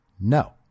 No